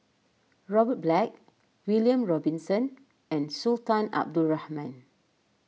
Robert Black William Robinson and Sultan Abdul Rahman